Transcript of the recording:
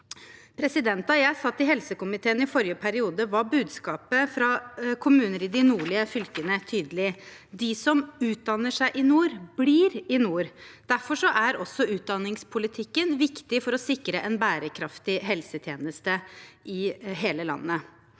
arbeidslivet. Da jeg satt i helsekomiteen i forrige periode, var budskapet fra kommuner i de nordlige fylkene tydelig: De som utdanner seg i nord, blir i nord. Derfor er også utdanningspolitikken viktig for å sikre en bærekraftig helsetjeneste i hele landet.